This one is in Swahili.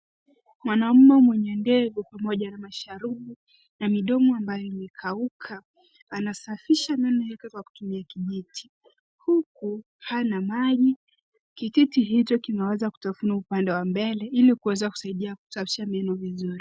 Mwanaume mwenye ndevu pamoja na masharubu na midomo ambayo imekauka anasafisha meno yake kwa kutumia kijiti huku hana maji kijiti hicho kimeweza kutafunwa upande wa mbele ili kuweza kusaidia kusafisha meno vizuri.